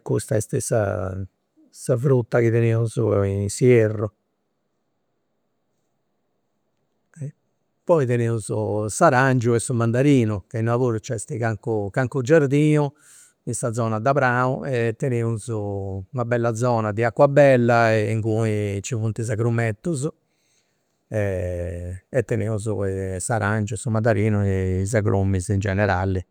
custa est sa fruta chi teneus in s'ierru. Poi teneus s'arangiu e su mandarinu e innoi puru nc'est calincunu giardinu in sa zona de pranu e teneus una bella zona de acua bella e inguni nci funt is agrumetus e teneus s'arangiu e su mandarinu e is agrumis in generali